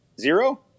zero